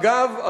אגב,